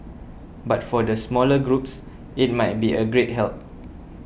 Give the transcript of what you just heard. but for the smaller groups it might be a great help